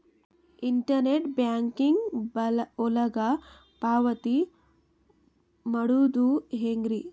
Internet banking ಒಳಗ ಪಾವತಿ ಮಾಡೋದು ಹೆಂಗ್ರಿ?